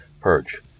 Purge